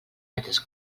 metres